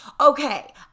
okay